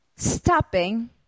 stopping